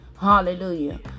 Hallelujah